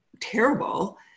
terrible